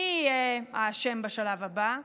מי יהיה האשם בשלב הבא?